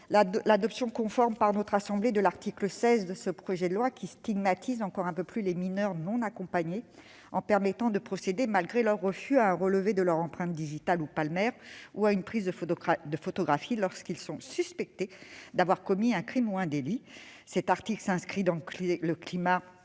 l'adoption conforme par notre assemblée de l'article 16 de ce projet de loi, qui stigmatise encore un peu plus les mineurs non accompagnés, en permettant de procéder, malgré leur refus, à un relevé de leurs empreintes digitales ou palmaires ou à une prise de photographie lorsqu'ils sont suspectés d'avoir commis un crime ou un délit. Cet article s'inscrit dans le climat